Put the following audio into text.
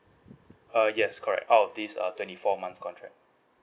uh yes correct out of these are twenty four months contract